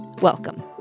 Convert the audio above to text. Welcome